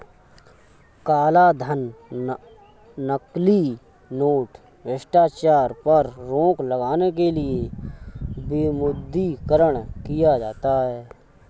कालाधन, नकली नोट, भ्रष्टाचार पर रोक लगाने के लिए विमुद्रीकरण किया जाता है